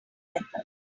methods